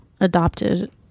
adopted